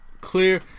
Clear